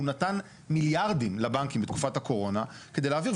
הוא נתן מיליארדים לבנקים בתקופת הקורונה כדי להעביר.